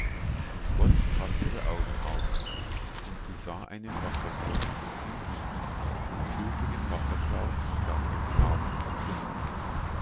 und gott tat ihre augen auf und sie sah einen wasserbrunnen und ging hin und füllte den wasserschlauch und gab dem knaben zu trinken